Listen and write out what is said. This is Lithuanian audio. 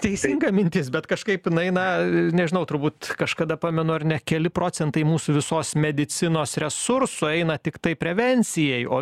teisinga mintis bet kažkaip jinai na nežinau turbūt kažkada pamenu ar ne keli procentai mūsų visos medicinos resursų eina tiktai prevencijai o